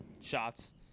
shots